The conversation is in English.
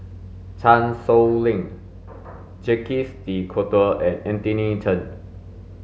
Chan Sow Lin Jacques de Coutre and Anthony Chen